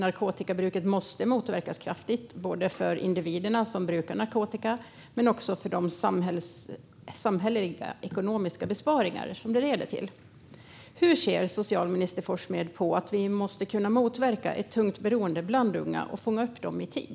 Narkotikabruket måste motverkas kraftigt, både med tanke på individerna som brukar narkotika och med tanke på de samhälleliga och ekonomiska besparingar som detta leder till. Hur ser socialminister Forssmed på att vi måste kunna motverka ett tungt beroende bland unga och fånga upp de unga i tid?